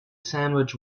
sandwich